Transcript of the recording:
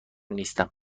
نیستم